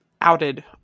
outed